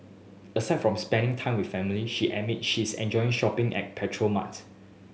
aside from spending time with family she admits she enjoys shopping at petrol marts